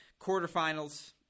quarterfinals